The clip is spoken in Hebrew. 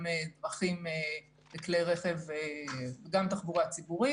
גם דרכים לתחבורה ציבורית.